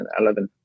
2011